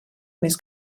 més